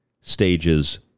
stages